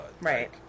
Right